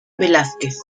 velázquez